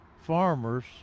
farmers